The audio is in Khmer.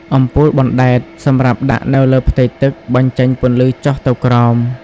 អំពូលបណ្តែត សម្រាប់ដាក់នៅលើផ្ទៃទឹក បញ្ចេញពន្លឺចុះទៅក្រោម។